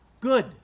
good